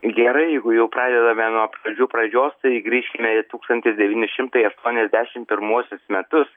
gerai jeigu jau pradedame nuo pradžių pradžios tai grįžkime į tūkstantis devyni šimtai aštuoniasdešim pirmuosius metus